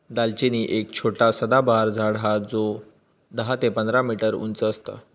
दालचिनी एक छोटा सदाबहार झाड हा जो दहा ते पंधरा मीटर उंच असता